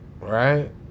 right